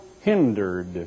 hindered